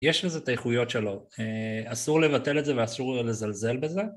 יש לזה את האיכויות שלו, אסור לבטל את זה ואסור לזלזל בזה